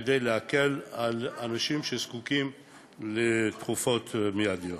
כדי להקל על אנשים שזקוקים לתרופות מיידיות.